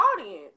audience